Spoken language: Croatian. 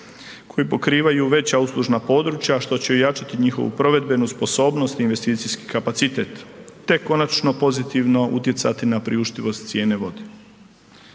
koji pokrivaju veća uslužna područja što će ojačati njihovu provedbenost, sposobnost, investicijski kapacitet te konačno pozitivno utjecati na priuštivost cijene vode.